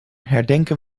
herdenken